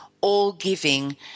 all-giving